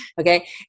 okay